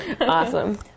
Awesome